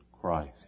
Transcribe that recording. Christ